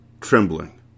trembling